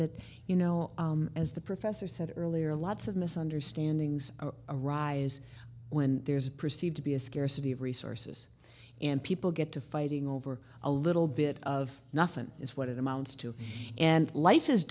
that you know as the professor said earlier lots of misunderstandings arise when there's perceived to be a scarcity of resources and people get to fighting over a little bit of nothing is what it amounts to and life is